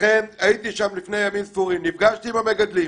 הייתי שם לפני ימים ספורים ונפגשתי עם המגדלים.